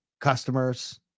customers